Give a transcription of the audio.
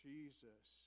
Jesus